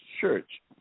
church